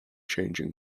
changing